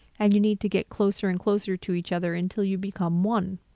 and you need to get closer and closer to each other until you become one.